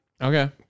okay